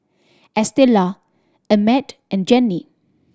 Estela Emmet and Jenni